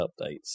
updates